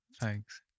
Thanks